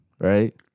right